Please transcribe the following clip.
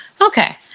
Okay